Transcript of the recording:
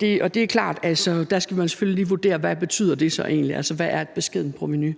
Det er klart, at der skal man selvfølgelig vurdere, hvad det så egentlig betyder. Altså, hvad er et beskedent provenu? Men